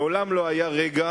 מעולם לא היה רגע